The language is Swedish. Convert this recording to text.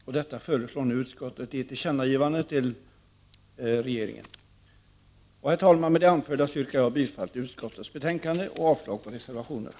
Utskottet föreslår nu att ett tillkännagivande om detta görs till regeringen. Herr talman! Med det anförda yrkar jag bifall till utskottets hemställan i betänkandet och avslag på reservationerna.